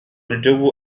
الجو